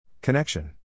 Connection